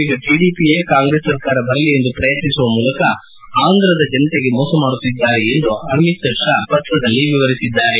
ಈಗ ಟಿಡಿಪಿಯೇ ಕಾಂಗ್ರೆಸ್ ಸರಕಾರ ಬರಲಿ ಎಂದು ಪ್ರಯತ್ನಿಸುವ ಮೂಲಕ ಆಂಧ್ರಪ್ರದೇಶ ಜನತೆಗೆ ಮೋಸ ಮಾಡುತ್ತಿದ್ದಾರೆ ಎಂದು ಅಮಿತ್ ಶಾ ಪತ್ರದಲ್ಲಿ ವಿವರಿಸಿದ್ದಾರೆ